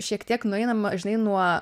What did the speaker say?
šiek tiek nueinama žinai nuo